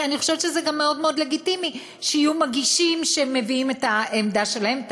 אני חושבת שזה גם מאוד לגיטימי שיהיו מגישים שמביעים את העמדה שלהם,